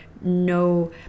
no